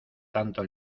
tanto